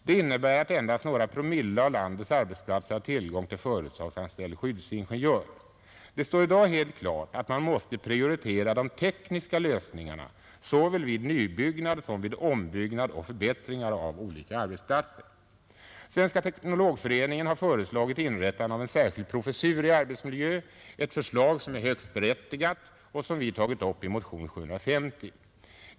Det innebär att endast några promille av landets arbetsplatser har tillgång till företagsanställd skyddsingenjör. Det står i dag helt klart att man måste prioritera de tekniska lösningarna såväl vid nybyggnad som vid ombyggnad och förbättringar av olika arbetsplatser. Svenska teknologföreningen har föreslagit inrättandet av en särskild professur i arbetsmiljö, ett förslag som är högst berättigat och som vi tagit upp i motionen 750.